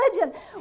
religion